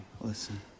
listen